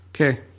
Okay